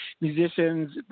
musicians